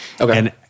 Okay